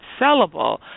sellable